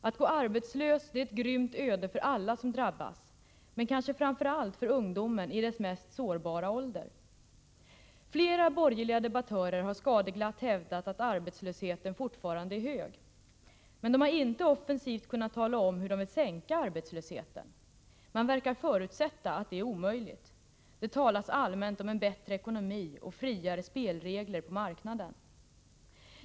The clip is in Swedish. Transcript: Att gå arbetslös är ett grymt öde för alla som drabbas, men kanske framför allt för ungdomen i dess mest sårbara ålder. Flera borgerliga debattörer har skadeglatt hävdat att arbetslösheten fortfarande är hög — men de har inte offensivt kunnat tala om hur de vill sänka arbetslösheten. Man verkar förutsätta att det är omöjligt. Det talas allmänt om en bättre ekonomi och friare spelregler på marknaden.